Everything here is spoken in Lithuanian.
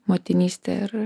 motinystę ir